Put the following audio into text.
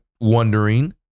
wondering